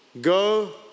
go